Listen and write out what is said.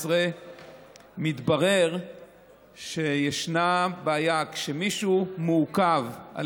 14). מתברר שישנה בעיה: כשמישהו מעוכב על